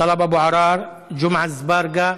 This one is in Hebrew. טלב אבו עראר, ג'מעה אזברגה,